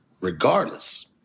regardless